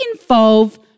involve